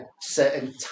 certain